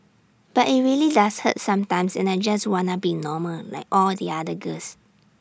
but IT really does hurt sometimes and I just wanna be normal like all the other girls